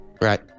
Right